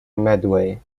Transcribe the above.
medway